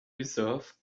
reserve